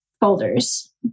folders